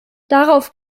darauf